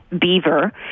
beaver